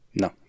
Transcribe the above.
no